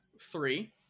Three